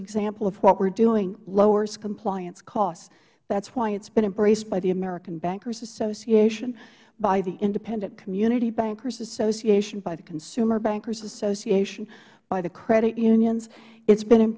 example of what we are doing lowers compliance costs that is why it has been embraced by the american bankers association by the independent community bankers association by the consumer bankers association by the credit unions it has been